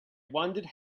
wondered